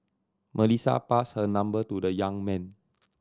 Melissa passed her number to the young man